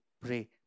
pray